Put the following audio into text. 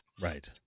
Right